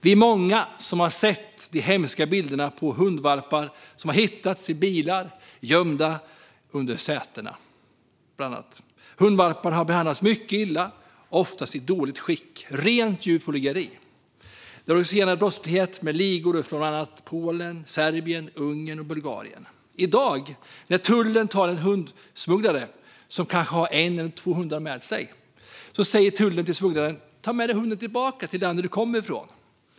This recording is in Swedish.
Vi är många som har sett de hemska bilderna på hundvalpar som har hittats i bilar, gömda under sätena. Hundvalparna har behandlats mycket illa och är oftast i dåligt skick - rent djurplågeri. Det är fråga om organiserad brottslighet med ligor från bland annat Polen, Serbien, Ungern och Bulgarien. I dag när tullen tar en hundsmugglare som kanske har en eller två hundar med sig säger tullen till smugglaren att ta med sig hunden tillbaka till landet smugglaren kom från.